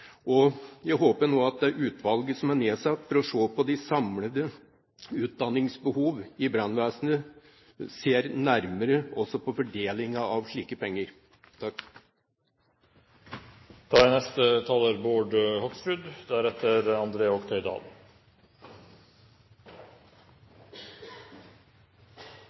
og jeg håper nå at det utvalget som er nedsatt for å se på de samlede utdanningsbehov i brannvesenet, ser nærmere også på fordelingen av slike penger.